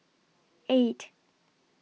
eight